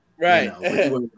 Right